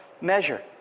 measure